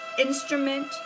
instrument